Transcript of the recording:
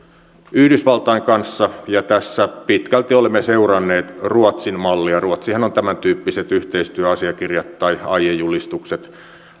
yhdysvaltain kanssa ja tässä pitkälti olemme seuranneet ruotsin mallia ruotsihan on tämäntyyppiset yhteistyöasiakirjat tai aiejulistukset